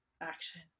action